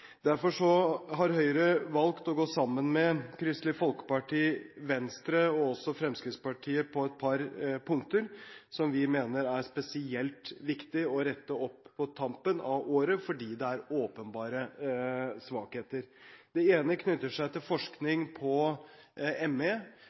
Derfor har Høyre valgt å gå sammen med Kristelig Folkeparti, Venstre og også Fremskrittspartiet på et par punkter som vi mener er spesielt viktige å rette opp på tampen av året, fordi det er åpenbare svakheter. Det ene knytter seg til